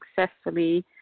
successfully